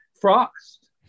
Frost